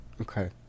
okay